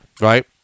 Right